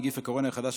נגיף הקורונה החדש),